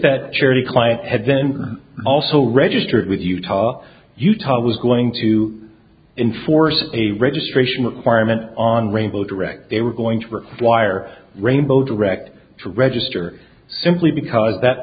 that charity client had then also registered with utah utah was going to enforce a registration requirement on rainbow direct they were going to require rainbow direct to register simply because that